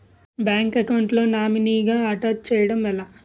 Bank account లో నామినీగా attach చేయడం ఎలా?